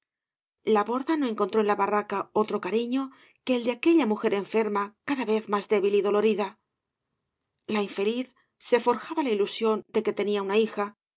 la borda no encentró en la barraca otro cariño que el de aquella mujer enferma cada vez más débil y dolorida la infeliz se forjaba la ilusión de que tenía una bija